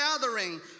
gathering